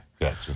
Gotcha